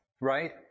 right